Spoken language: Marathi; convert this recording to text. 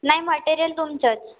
नाही मटेरियल तुमचंच